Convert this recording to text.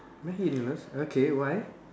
Maggi noodles okay why